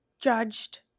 judged